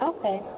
Okay